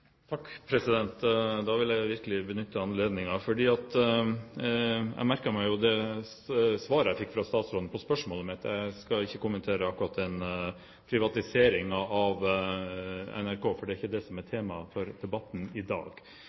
Takk, da vil jeg virkelig benytte anledningen. Jeg merket meg jo det svaret jeg fikk fra statsråden på spørsmålet mitt. Jeg skal ikke kommentere akkurat den privatiseringen av NRK, for det er ikke det som er temaet for debatten i dag.